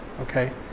Okay